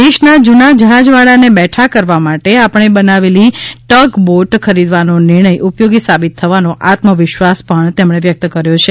દેશના જૂના જ્નાજવાડાને બેઠા કરવા માટે આપણે બનાવેલી ટગ બોટ ખરીદવાનો નિર્ણય ઉપયોગી સાબિત થવાનો આત્મવિશ્વાસ પણ તેમણે વ્યક્ત કર્યો છે